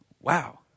Wow